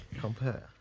Compare